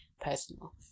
personal